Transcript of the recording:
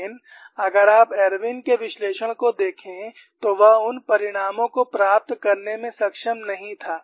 लेकिन अगर आप इरविन के विश्लेषण को देखें तो वह उन परिणामों को प्राप्त करने में सक्षम नहीं था